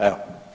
Evo.